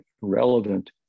relevant